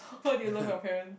how do you love your parents